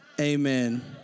Amen